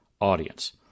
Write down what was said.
audience